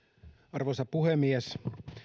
arvoisa puhemies